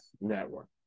Network